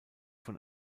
von